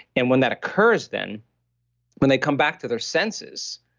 and when that occurs, then when they come back to their senses,